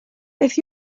beth